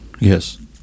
yes